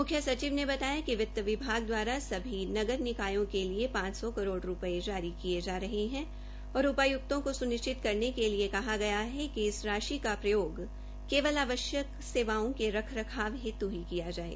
मुख्य संचिव ने बताया िक वित्त विभाग द्वारा जारी सभी नगर निकायों के लिए पांच सौ करोड़ रूपये जारी किये जा रहे है और उपायुक्तों को सुनिश्चित करने के लिए कहा गया है कि इस राशि का प्रयोग केवल आवश्यक सेवाओं के रख रखाब हेतु की किया जाये